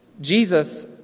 Jesus